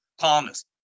calmness